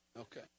Okay